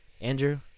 Andrew